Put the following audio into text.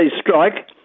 strike